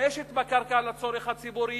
משתמשת בקרקע לצורך הציבורי,